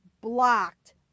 blocked